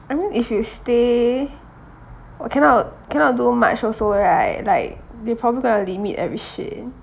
I mean if you stay oh cannot cannot do much also right like they probably going to limit every shit